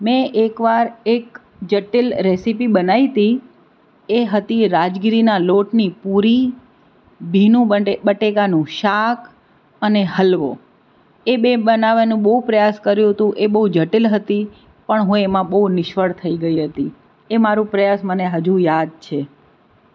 મેં એક વાર એક જટિલ રેસીપી બનાવી હતી એ હતી રાજગીરીના લોટની પૂરી ભીનું બટેકાનું શાક અને હલવો એ મેં બનાવવાનું બહુ પ્રયાસ કર્યો હતો એ બહુ જટિલ હતી પણ હું એમાં બહુ નિષ્ફળ થઈ ગઈ હતી એ મારો પ્રયાસ મને હજુ યાદ છે